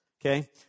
Okay